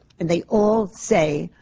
and they all say,